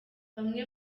bamwe